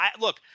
Look